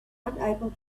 unable